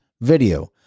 video